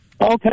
Okay